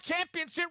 Championship